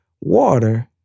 Water